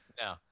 No